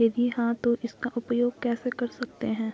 यदि हाँ तो इसका उपयोग कैसे कर सकते हैं?